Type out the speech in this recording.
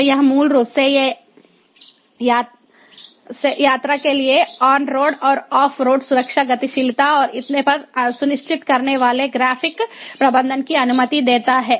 तो यह मूल रूप से यात्रा के लिए ऑन रोड और ऑफ रोड सुरक्षा गतिशीलता और इतने पर सुनिश्चित करने वाले ग्राफिक प्रबंधन की अनुमति देता है